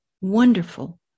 wonderful